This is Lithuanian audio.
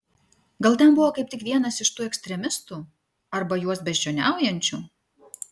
gal ten buvo kaip tik vienas iš tų ekstremistų arba juos beždžioniaujančių